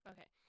Okay